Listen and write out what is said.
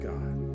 God